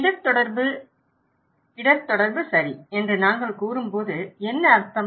இடர் தொடர்பு இடர் தொடர்பு சரி என்று நாங்கள் கூறும்போது என்ன அர்த்தம்